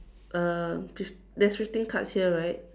uh fif~ there's fifteen cards here right